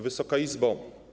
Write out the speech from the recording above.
Wysoka Izbo!